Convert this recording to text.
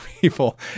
people